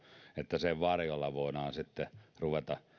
että sen varjolla voidaan sitten ruveta